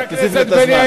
60 שנה